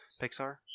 Pixar